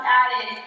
added